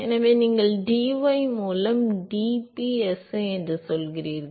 எனவே நீங்கள் dy மூலம் dpsi என்று சொல்கிறீர்கள்